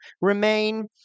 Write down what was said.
remain